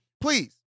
please